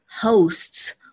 hosts